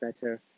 better